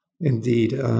Indeed